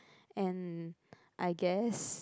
and I guess